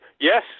Yes